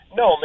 no